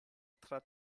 tra